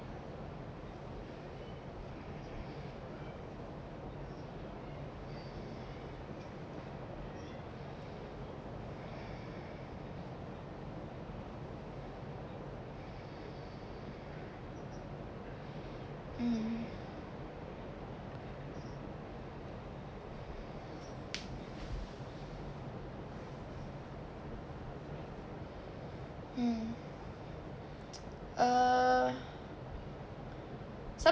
mm mm uh